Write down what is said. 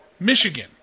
Michigan